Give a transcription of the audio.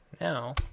now